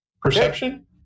Perception